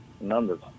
numbers